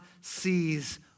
sees